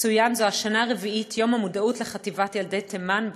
יצוין זו השנה הרביעית יום המודעות לחטיפת ילדי תימן,